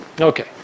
Okay